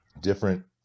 different